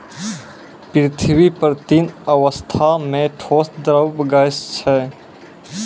पृथ्वी पर तीन अवस्था म ठोस, द्रव्य, गैस छै